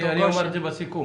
אני אומר את זה בסיכום.